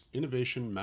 Innovation